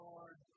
Lord